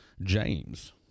James